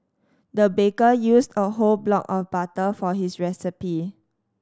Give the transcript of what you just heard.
the baker used a whole block of butter for his recipe